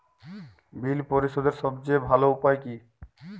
বিল পরিশোধের সবচেয়ে ভালো উপায় কী?